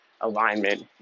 alignment